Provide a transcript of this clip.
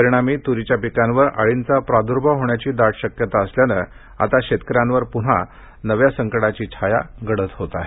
परिणामी त्रीच्या पिकांवर अळींचा प्राद्र्भाव होण्याची दाट शक्यता असल्यानं आता शेतकऱ्यांवर प्न्हा नव्या संकटाची छाया गडद होत आहे